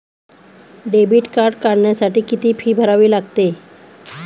Debit card काढण्यासाठी किती fee भरावी लागते?